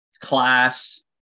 class